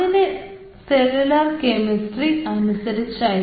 ൻറെ cellular chemistry അനുസരിച്ചാണ്